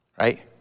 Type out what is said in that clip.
right